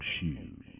shoes